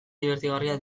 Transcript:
dibertigarria